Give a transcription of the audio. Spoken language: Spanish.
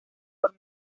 por